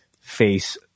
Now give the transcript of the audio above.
face